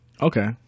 Okay